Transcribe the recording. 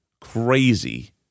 crazy